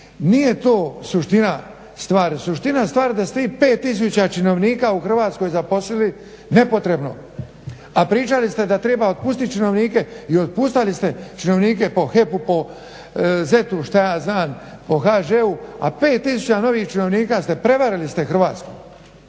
nije to suština stvar, suština stvar je da ste vi 5 tisuća stanovnika u Hrvatskoj zaposlili nepotrebno. a pričali ste da treba otpustiti činovnike i otpuštali ste činovnike po HEP-u po ZET-u šta ja znam po HŽ a pet tisuća novih činovnika, prevarili ste Hrvatsku.